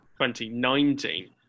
2019